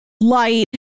light